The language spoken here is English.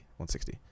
160